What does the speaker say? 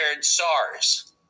SARS